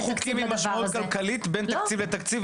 חוקים עם משמעות כלכלית בין תקציב לתקציב?